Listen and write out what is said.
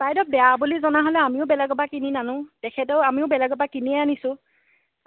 বাইদেউ বেয়া বুলি জনা হ'লে আমিও বেলেগৰ পৰা কিনি নানোঁ তেখেতেও আমিও বেলেগৰ পৰা কিনিয়ে আনিছোঁ